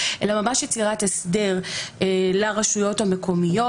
אלא ממש יצירת הסדר לרשויות המקומיות.